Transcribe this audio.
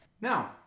Now